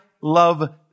love